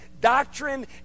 Doctrine